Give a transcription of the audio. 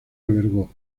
albergó